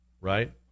Right